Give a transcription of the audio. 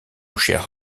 cher